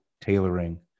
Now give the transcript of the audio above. tailoring